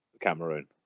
Cameroon